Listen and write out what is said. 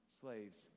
slaves